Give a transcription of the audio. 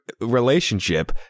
relationship